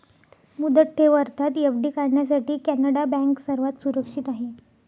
मुदत ठेव अर्थात एफ.डी काढण्यासाठी कॅनडा बँक सर्वात सुरक्षित आहे